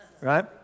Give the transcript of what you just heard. right